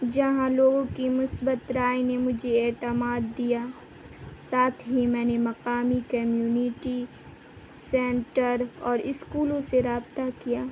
جہاں لوگوں کی مثبت رائے نے مجھے اعتماد دیا ساتھ ہی میں نے مقامی کمیونٹی سینٹر اور اسکولوں سے رابطہ کیا